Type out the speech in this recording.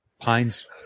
Pine's